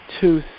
two